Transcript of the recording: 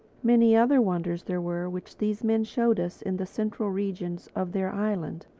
many other wonders there were which these men showed us in the central regions of their island.